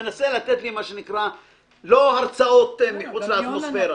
שמנסה לתת לי מה שנקרא לא הרצאות מחוץ לאטמוספירה.